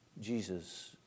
Jesus